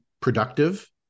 productive